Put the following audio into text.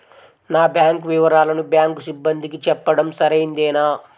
నా బ్యాంకు వివరాలను బ్యాంకు సిబ్బందికి చెప్పడం సరైందేనా?